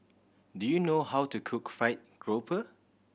do you know how to cook fried grouper